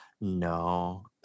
no